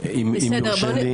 אם יורשה לי.